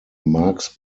marx